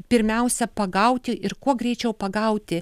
pirmiausia pagauti ir kuo greičiau pagauti